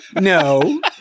no